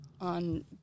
on